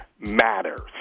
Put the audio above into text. matters